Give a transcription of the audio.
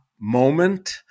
moment